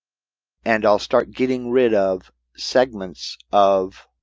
and i'll start getting rid of segments of